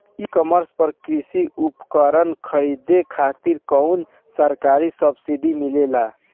ई कॉमर्स पर कृषी उपकरण खरीदे खातिर कउनो सरकारी सब्सीडी मिलेला?